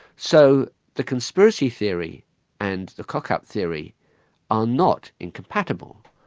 so the conspiracy theory and the cock-up theory are not incompatible.